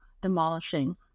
demolishing